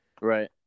Right